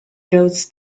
those